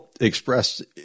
expressed